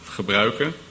gebruiken